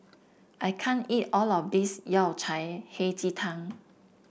I can't eat all of this Yao Cai Hei Ji Tang